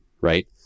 Right